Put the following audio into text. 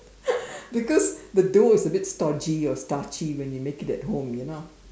because the dough is a bit starchy or starchy when you make it at home you know